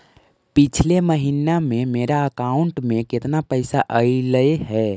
पिछले महिना में मेरा अकाउंट में केतना पैसा अइलेय हे?